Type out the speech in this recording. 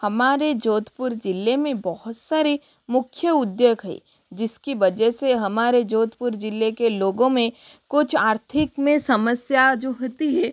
हमारे जोधपुर जिले में बहुत सारे मुख्य उद्योग है जिसकी वजह से हमारे जोधपुर जिले के लोगों में कुछ आर्थिक में समस्या जो होती है